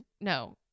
no